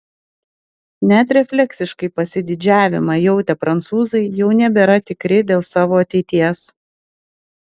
net refleksiškai pasididžiavimą jautę prancūzai jau nebėra tikri dėl savo ateities